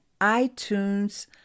iTunes